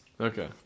Okay